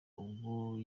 ubwo